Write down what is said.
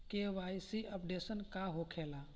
KYC updation का होखेला?